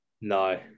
no